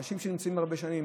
אנשים שנמצאים הרבה שנים,